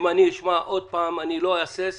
אם אני אשמע עוד פעם על מקרה כזה, אני לא אהסס